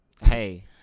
hey